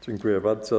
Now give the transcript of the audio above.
Dziękuję bardzo.